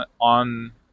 on